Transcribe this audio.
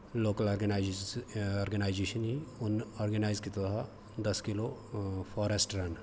local organisation ही उन्न organise कीते दा हा दस किल्लो फॉरैस्ट रन